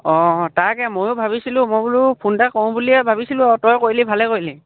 অঁ তাকে ময়ো ভাবিছিলোঁ মই বোলো ফোন এটা কৰোঁ বুলিয়ে ভাবিছিলোঁ আৰু তই কৰিলি ভালে কৰিলি